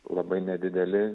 labai nedideli